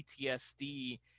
PTSD